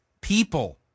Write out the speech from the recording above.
people